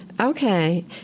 Okay